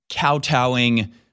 kowtowing